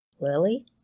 Lily